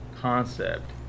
concept